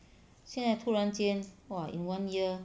现在突然间 !wah! in one year